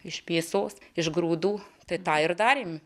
iš mėsos iš grūdų tai tą ir darėm